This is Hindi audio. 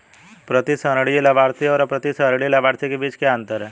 प्रतिसंहरणीय लाभार्थी और अप्रतिसंहरणीय लाभार्थी के बीच क्या अंतर है?